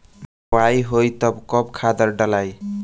बोआई होई तब कब खादार डालाई?